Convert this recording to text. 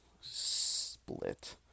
Split